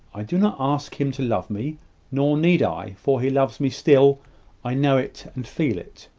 i do not ask him to love me nor need i for he loves me still i know it and feel it.